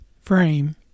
frame